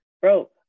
bro